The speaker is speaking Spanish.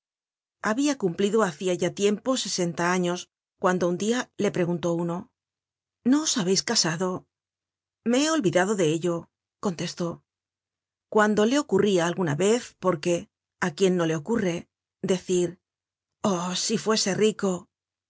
habia cumplido hacia ya tiempo sesenta años cuando un dia le preguntó uno no os habeis casado me he olvidado de ello contestó cuando le ocurria alguna vez porque áquién no le ocurre decir oh si fuese rico